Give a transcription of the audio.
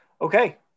Okay